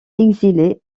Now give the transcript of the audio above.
exilée